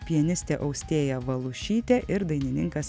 pianistė austėja valušytė ir dainininkas